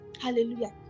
Hallelujah